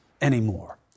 anymore